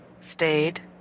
Stayed